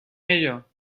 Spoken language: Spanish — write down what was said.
ello